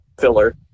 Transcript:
filler